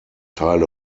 teile